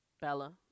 Bella